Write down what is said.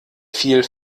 fiel